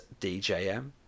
DJM